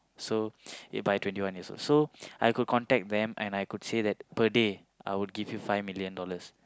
so yeah by twenty years old so I could contact them and I could say that per day I would give you five million dollars